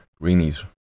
greenies